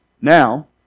Now